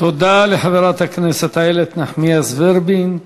תודה לחברת הכנסת איילת נחמיאס ורבין.